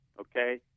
okay